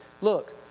Look